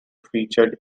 featured